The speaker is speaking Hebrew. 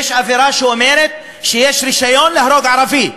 יש אווירה שאומרת שיש רישיון להרוג ערבים.